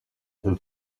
who